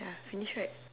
ya finish right